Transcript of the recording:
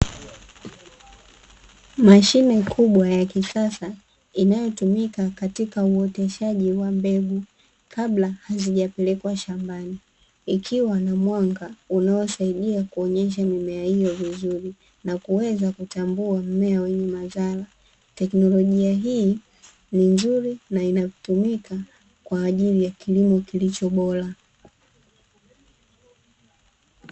Mashine kubwa ya kisasa inayotumika katika uoteshaji wa mbegu kabla hajizapelekwa shambani, ikiwa ni mwanga unaosaidia kuonyesha mimea hiyo vizuri na kuweza kutambua mmea huu ni wa zao gani. Teknolojia hii, ni nzuri na hutumika kwa ajili ya kilimo kilicho bora .